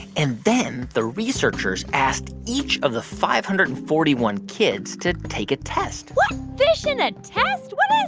and then the researchers asked each of the five hundred and forty one kids to take a test what? fish in a test? what